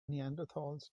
neanderthals